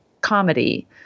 comedy